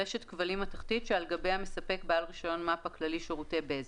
רשת כבלים מתכתית שעל גביה מספק בעל רישיון מפ"א כללי שירותי בזק,